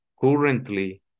currently